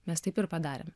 mes taip ir padarėm